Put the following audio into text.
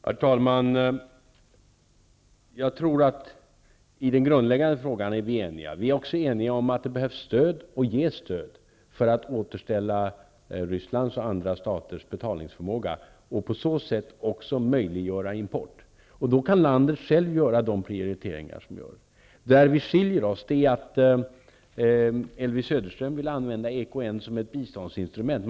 Herr talman! I den grundläggande frågan torde vi vara eniga. Vi är också eniga om att det behövs stöd och ges stöd för att återställa Ryssland och andra staters betalningsförmåga och på så sätt även möjliggöra import. Då kan landet självt göra de prioriteringar som krävs. Vi skiljer oss åt i det avseendet att Elvy Söderström vill använda EKN såsom ett biståndsinstrument.